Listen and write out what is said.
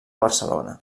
barcelona